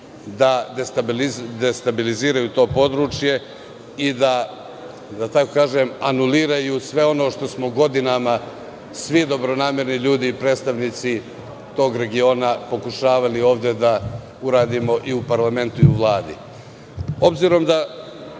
da destabilizuju to područje i, da tako kažem, anuliraju sve ono što smo godinama svi dobronamerni ljudi, predstavnici tog regiona pokušavali ovde da uradimo i u parlamentu i u